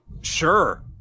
Sure